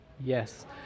Yes